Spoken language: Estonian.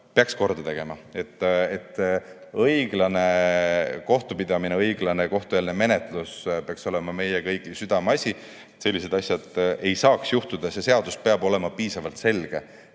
peaks korda tegema. Õiglane kohtupidamine, õiglane kohtueelne menetlus peaks olema meie kõigi südameasi, et sellised asjad ei saaks juhtuda. Seadus peab olema piisavalt selge,